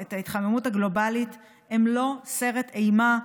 את ההתחממות הגלובלית הן לא סרט אימה פנטזיונרי.